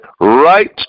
right